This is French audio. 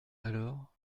alors